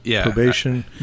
Probation